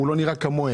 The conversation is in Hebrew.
הוא לא נראה כמוהם.